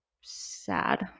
sad